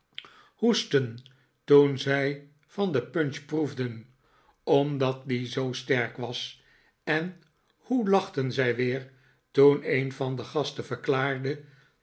hoesten toen zij van de punch proefden omdat die zoo sterk was en hoe lachten zij weer toen een van de gasten verklaarde